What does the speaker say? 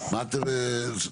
תודה רבה חבר הכנסת טיבי.